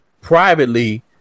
privately